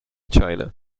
china